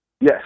yes